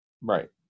right